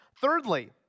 Thirdly